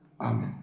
Amen